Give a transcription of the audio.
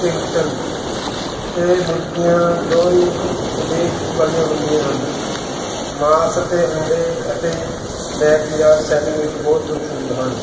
ਕਿੰਗਟਨ ਇਹ ਮੁਰਗੀਆਂ ਦੁਹਰੀ ਉਦੇਸ਼ ਵਾਲੀਆਂ ਹੁੰਦੀਆਂ ਹਨ ਮਾਸ ਅਤੇ ਅੰਡੇ ਅਤੇ ਬੈਕਯਾਰਡ ਸੈਟਿੰਗ ਵਿੱਚ ਬਹੁਤ ਮਸ਼ਹੂਰ ਹਨ